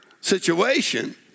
situation